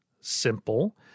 simple